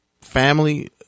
family